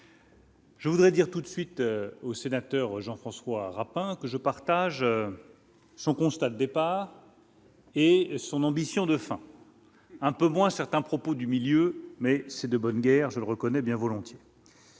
Je voudrais dire tout de suite aux sénateurs Jean-François Rapin, que je partage son constat de départ. Et son ambition de fin un peu moins certains propos du milieu mais c'est de bonne guerre, je le reconnais bien volontiers